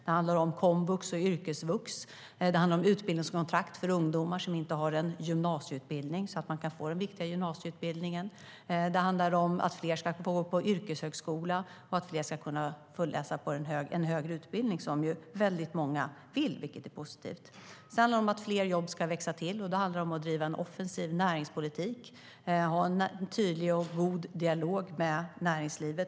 Det handlar om komvux och yrkesvux, utbildningskontrakt för ungdomar som inte har en gymnasieutbildning. Vidare handlar det om att fler ska få gå yrkeshögskola eller gå en högre utbildning som ju väldigt många vill, vilket är positivt. Sedan handlar det också om att fler jobb ska växa fram. Då måste man driva en offensiv näringspolitik och ha en tydlig och god dialog med näringslivet.